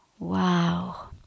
Wow